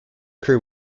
crew